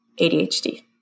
ADHD